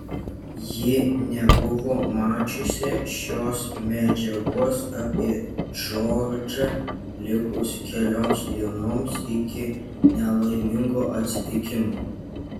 ji nebuvo mačiusi šios medžiagos apie džordžą likus kelioms dienoms iki nelaimingo atsitikimo